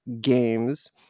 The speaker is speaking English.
games